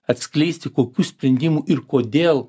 atskleisti kokių sprendimų ir kodėl